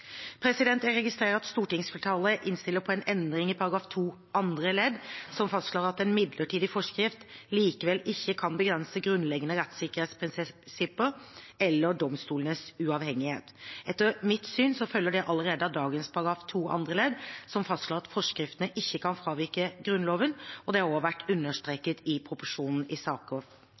Jeg registrerer at stortingsflertallet innstiller på en endring i § 2 andre ledd som fastslår at en midlertidig forskrift likevel ikke kan begrense grunnleggende rettssikkerhetsprinsipper eller domstolenes uavhengighet. Etter mitt syn følger det allerede av dagens § 2 andre ledd, som fastslår at forskriftene ikke kan fravike Grunnloven, og det har også vært understreket i proposisjonen i